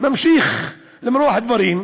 ממשיך למרוח דברים,